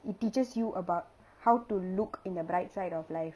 it teaches you about how to look in the bright side of life